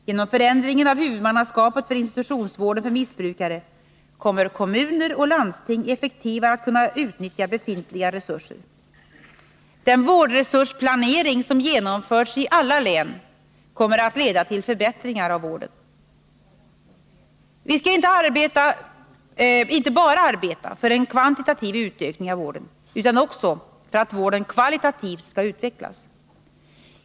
Genom förändringen av huvudmannaskapet för institutionsvården för missbrukare kommer kommuner och landsting att effektivare kunna utnyttja befintliga resurser. Den vårdresursplanering som genomförts i alla län kommer att leda till förbättring av vården. Vi skall inte bara arbeta för en kvantitativ utökning av vården utan också för att vården kvalitativt skall utvecklas.